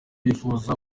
bifuza